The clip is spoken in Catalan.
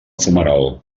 fumeral